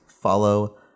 Follow